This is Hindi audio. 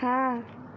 हाँ